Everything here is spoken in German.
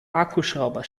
akkuschrauber